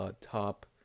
top